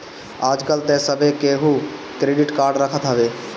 आजकल तअ सभे केहू क्रेडिट कार्ड रखत हवे